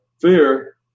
fear